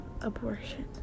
abortion